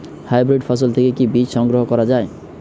Hybrid ফসল থেকে কি বীজ সংগ্রহ করা য়ায়?